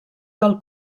del